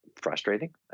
frustrating